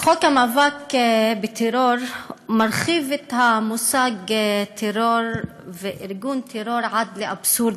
חוק המאבק בטרור מרחיב את המושגים טרור וארגון טרור עד לאבסורד.